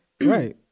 right